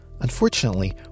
Unfortunately